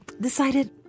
decided